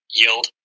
yield